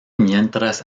mientras